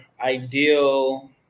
ideal